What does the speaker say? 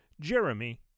Jeremy